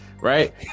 right